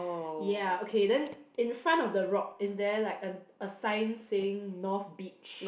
ya okay then in front of the rock is there like a a sign saying north beach